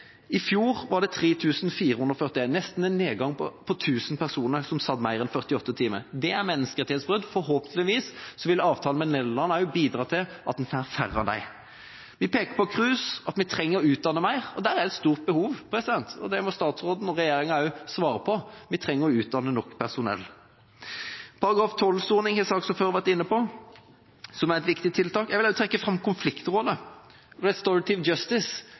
i fjor var det 3 441, en nedgang på nesten 1 000 personer som satt mer enn 48 timer. Det er menneskerettighetsbrudd. Forhåpentligvis vil avtalen med Nederland også bidra til at en får færre av dem. Vi peker på KRUS, at vi trenger å utdanne mer, og der er det et stort behov. Det må statsråden og regjeringa også svare på, vi trenger å utdanne nok personell. § 12-soning har saksordføreren vært inne på, det er et viktig tiltak. Jeg vil også trekke fram Konfliktrådet,